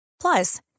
Plus